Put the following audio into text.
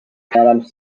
madame